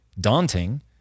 daunting